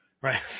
right